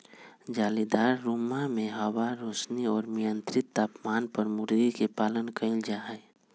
जालीदार रुम्मा में हवा, रौशनी और मियन्त्रित तापमान पर मूर्गी के पालन कइल जाहई